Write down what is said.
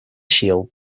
shield